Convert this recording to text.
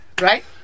Right